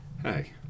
hey